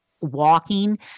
walking